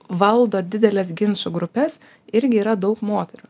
valdo dideles ginčų grupes irgi yra daug moterų